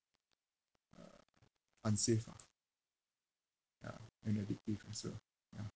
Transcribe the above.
unsafe lah ya and addictive as well ya